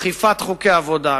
אכיפת חוקי עבודה,